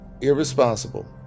irresponsible